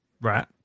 right